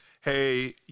hey